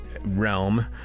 realm